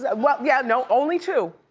ah well yeah, no, only two.